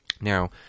Now